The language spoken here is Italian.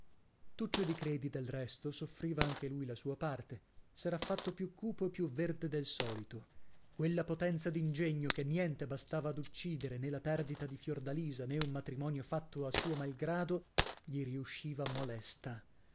tuccio di credi del resto soffriva anche lui la sua parte s'era fatto più cupo e più verde del solito quella potenza d'ingegno che niente bastava ad uccidere nè la perdita di fiordalisa nè un matrimonio fatto a suo mal grado gli riusciva molesta